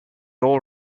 all